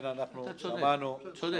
אתה צודק.